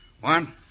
One